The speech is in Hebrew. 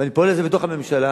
ואני פועל לכך בתוך הממשלה,